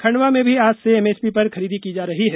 खंडवा में भी आज से एमएसपी पर खरीदी की जा रही है